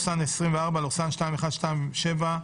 (פ/2127/24),